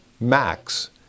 max